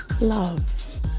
Love